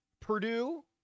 Purdue